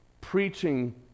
preaching